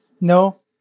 no